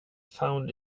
found